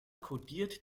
kodiert